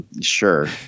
Sure